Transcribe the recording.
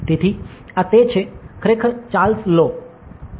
તેથી આ તે છે તે ખરેખર ચાર્લ્સ લો છે